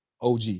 OG